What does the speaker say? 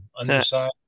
underside